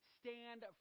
stand